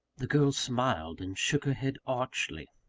the girl smiled, and shook her head archly.